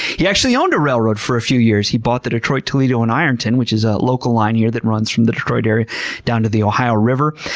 he actually owned a railroad for a few years. he bought the detroit toledo in ironton, which is a local line here that runs from the detroit area down to the ohio river.